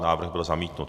Návrh byl zamítnut.